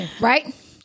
Right